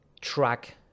track